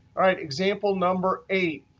all right, example number eight.